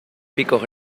picos